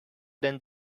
than